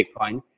Bitcoin